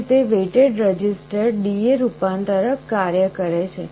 આ રીતે weighted register DA રૂપાંતરક કાર્ય કરે છે